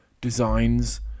designs